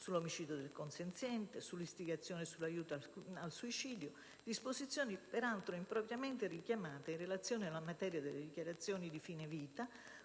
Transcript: sull'omicidio del consenziente e sull'istigazione e l'aiuto al suicidio - disposizioni , peraltro, impropriamente richiamate in relazione alla materia delle dichiarazioni di fine vita